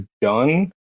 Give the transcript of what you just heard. done